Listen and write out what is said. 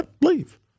Leave